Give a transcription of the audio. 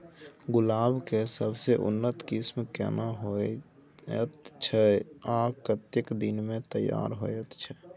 गुलाब के सबसे उन्नत किस्म केना होयत छै आ कतेक दिन में तैयार होयत छै?